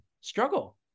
struggle